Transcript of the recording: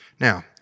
Now